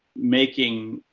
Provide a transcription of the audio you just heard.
making,